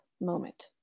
moment